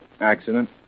Accident